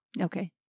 Okay